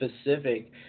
specific